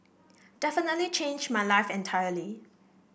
definitely changed my life entirely